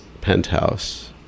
penthouse